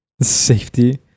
safety